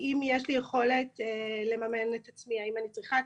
אם יש לי יכולת לממן את עצמי, האם אני צריכה?